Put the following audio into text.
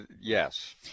yes